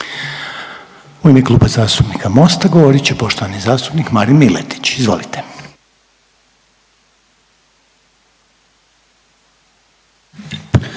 U ime Kluba zastupnika Mosta govorit će poštovani zastupnik Marin Miletić, izvolite.